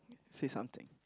say something